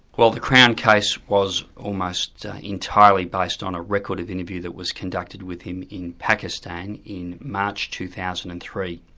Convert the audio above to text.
well the crown case was almost entirely based on a record of interview that was conducted with him in pakistan in march two thousand and three.